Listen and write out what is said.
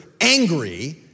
angry